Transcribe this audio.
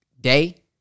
day